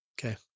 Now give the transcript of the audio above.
okay